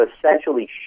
essentially